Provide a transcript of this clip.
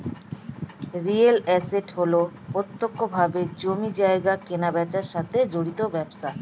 real estate হল প্রত্যক্ষভাবে জমি জায়গা কেনাবেচার সাথে জড়িত ব্যবসা